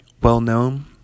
well-known